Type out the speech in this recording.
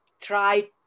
try